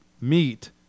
meet